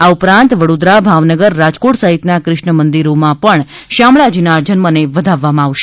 આ ઉપરાંત વડોદરા ભાવનગર રાજકોટ સહિતના કૃષ્ણ મંદિરોમાં પણ શામળાજીના જન્મને વધાવવામાં આવશે